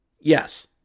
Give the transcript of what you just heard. Yes